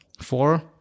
four